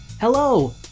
Hello